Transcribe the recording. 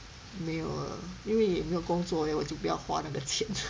没有了因为没有工作 then 我就不要花那个钱